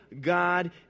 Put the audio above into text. God